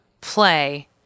play